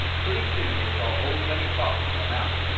pretty soon they saw old granny fox come out.